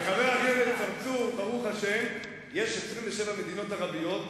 שר יהודי יש במרוקו.